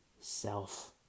self